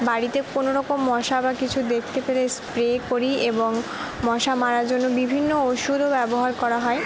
বাড়িতে কোন রকম মশা বা কিছু দেখতে পেলে স্প্রে করি এবং মশা মারার জন্য বিভিন্ন ওষুধও ব্যবহার করা হয়